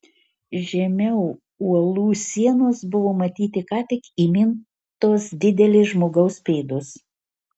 žemiau uolų sienos buvo matyti ką tik įmintos didelės žmogaus pėdos